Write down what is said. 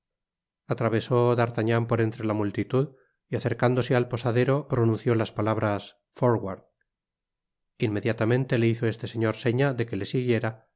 atravesó d'artagnan por entre la multitud y acercándose al posadero pronunció las palabras for'ward inmediatamente le hizo este señor seña de que le siguiera